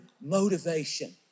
motivation